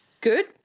Good